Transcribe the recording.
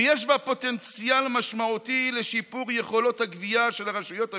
ויש בה פוטנציאל משמעותי לשיפור יכולות הגבייה של הרשויות המקומיות,